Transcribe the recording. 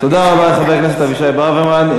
תודה רבה לחבר הכנסת אבישי ברוורמן.